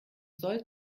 soll